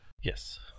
Yes